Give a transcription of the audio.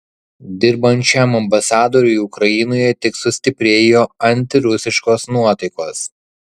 dirbant šiam ambasadoriui ukrainoje tik sustiprėjo antirusiškos nuotaikos